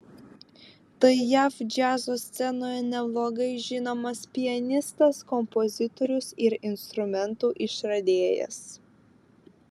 tai jav džiazo scenoje neblogai žinomas pianistas kompozitorius ir instrumentų išradėjas